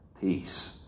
peace